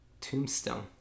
Tombstone